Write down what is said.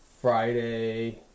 Friday